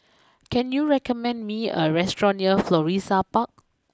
can you recommend me a restaurant near Florissa Park